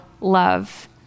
love